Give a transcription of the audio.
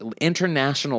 international